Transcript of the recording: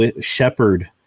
shepherd